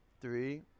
Three